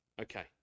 Okay